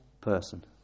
person